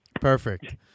Perfect